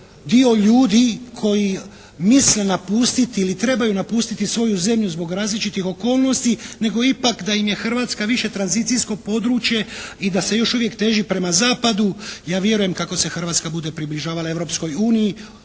dio ljudi koji misle napustiti ili trebaju napustiti svoju zemlju zbog različitih okolnosti nego ipak da im je Hrvatska više tranzicijsko područje i da se još uvijek teži prema zapadu. Ja vjerujem kako se Hrvatska bude približavala Europskoj uniji